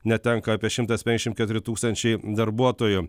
netenka apie šimtas penkdešim keturi tūkstančiai darbuotojų